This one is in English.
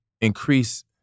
increase